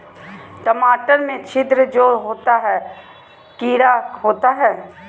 टमाटर में छिद्र जो होता है किडा होता है?